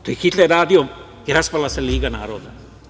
To je Hitler radio i raspala se liga naroda.